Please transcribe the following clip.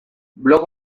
blog